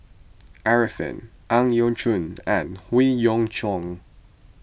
Arifin Ang Yau Choon and Howe Yoon Chong